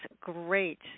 great